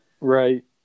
Right